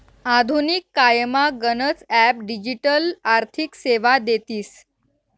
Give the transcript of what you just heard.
आधुनिक कायमा गनच ॲप डिजिटल आर्थिक सेवा देतीस